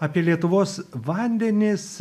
apie lietuvos vandenis